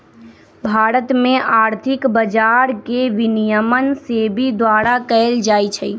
भारत में आर्थिक बजार के विनियमन सेबी द्वारा कएल जाइ छइ